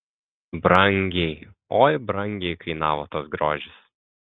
brangiai oi brangiai kainavo tas grožis